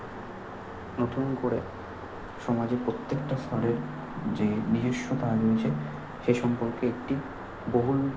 নতুন করে সমাজের প্রত্যেকটা স্তরের যে নিজস্বতা রয়েছে সে সম্পর্কে একটি বহুল